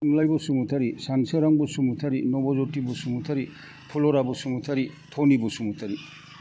थुनलाइ बसुमतारी सानसोरां बसुमतारी नबज्योति बसुमतारी फुलरा बसुमतारी तनि बसुमतारी